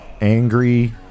Angry